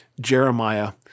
Jeremiah